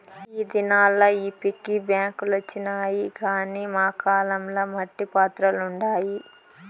ఈ దినాల్ల ఈ పిగ్గీ బాంక్ లొచ్చినాయి గానీ మా కాలం ల మట్టి పాత్రలుండాయి